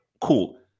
cool